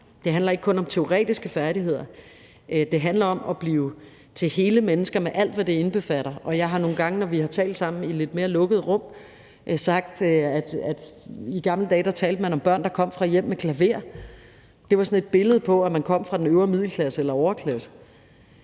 det handler ikke kun om teoretiske færdigheder, men det handler også om at blive til hele mennesker med alt, hvad det indbefatter. Jeg har nogle gange, når vi har talt sammen i lidt mere lukkede rum, sagt, at man i gamle dage talte om børn, der kom fra et hjem med klaver. Det var sådan et billede på, at man kom fra den øvre middelklasse eller overklassen,